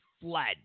fled